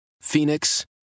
Phoenix